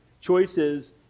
choices